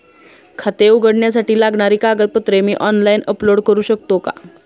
खाते उघडण्यासाठी लागणारी कागदपत्रे मी ऑनलाइन अपलोड करू शकतो का?